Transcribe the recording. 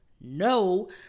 no